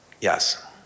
Yes